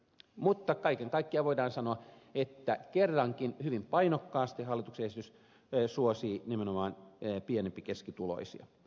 mutta kaiken kaikkiaan voidaan sanoa että kerrankin hyvin painokkaasti hallituksen esitys suosii nimenomaan pienempi ja keskituloisia